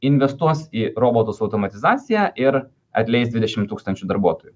investuos į robotus automatizaciją ir atleis dvidešimt tūkstančių darbuotojų